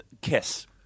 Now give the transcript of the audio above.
Kiss